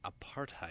apartheid